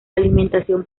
alimentación